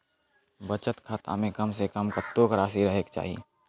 बचत खाता म कम से कम कत्तेक रासि रहे के चाहि?